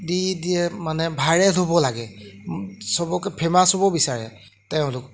দি দিয়ে মানে ভাইৰেল হ'ব লাগে চবকে ফেমাচ হ'ব বিচাৰে তেওঁলোক